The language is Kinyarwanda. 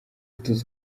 tuzi